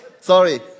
Sorry